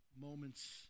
moments